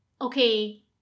okay